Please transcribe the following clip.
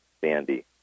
Sandy